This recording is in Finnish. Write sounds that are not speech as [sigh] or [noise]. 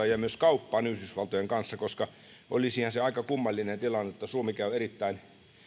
[unintelligible] ja kauppaan yhdysvaltojen kanssa koska olisihan se aika kummallinen tilanne kun suomi käy erittäin